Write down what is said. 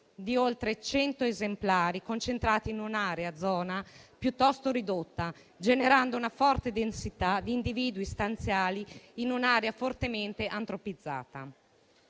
di oltre cento esemplari concentrati in una zona piuttosto ristretta, generando una forte densità di individui stanziali in un'area fortemente antropizzata.